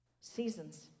Seasons